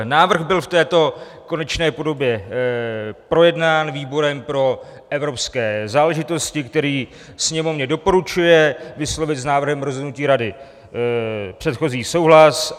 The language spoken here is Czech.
Návrh byl v této konečné podobě projednán výborem pro evropské záležitosti, který Sněmovně doporučuje vyslovit s návrhem rozhodnutí Rady předchozí souhlas.